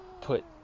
put